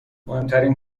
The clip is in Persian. مهمترین